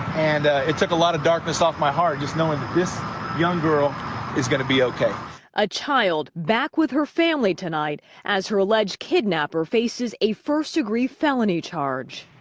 and it took a lot of darkness off my heart just knowing this young girl is going to be okay. reporter a child back with her family tonight as her alleged kidnapper faces a first-degree felony charge.